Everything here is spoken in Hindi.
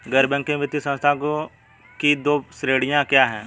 गैर बैंकिंग वित्तीय संस्थानों की दो श्रेणियाँ क्या हैं?